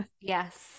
Yes